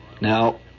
Now